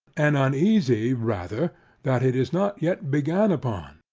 and uneasy rather that it is not yet began upon.